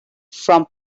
from